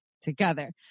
together